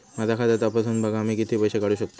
माझा खाता तपासून बघा मी किती पैशे काढू शकतय?